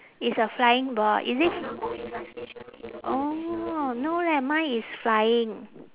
it's a flying ball is it f~ orh no leh mine is flying